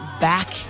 back